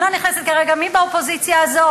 אני לא נכנסת כרגע למי באופוזיציה הזאת,